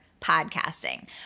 podcasting